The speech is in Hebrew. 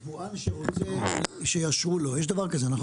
היבואן שרוצה שיאשרו לו, יש דבר כזה נכון?